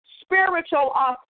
spiritual